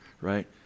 right